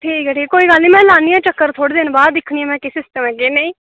ठीक ऐ ठीक ऐ कोई चक्कर निं में लानी आं थोह्ड़े दिन च चक्कर ते बाद च दिक्खनी आं में केह् सिस्टम ऐ केह् नेईं